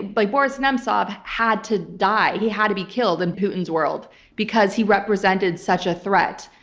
like boris nemtsov had to die. he had to be killed in putin's world because he represented such a threat.